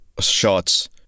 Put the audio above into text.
shots